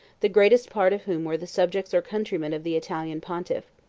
the greatest part of whom were the subjects or countrymen of the italian pontiff.